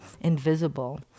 invisible